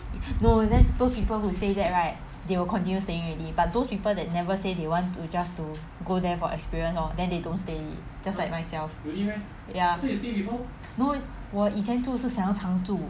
no then those people who say that right they will continue staying already but those people that never say they want to just to go there for experience hor then they don't stay just like myself ya no 我以前住是想要长住